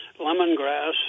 lemongrass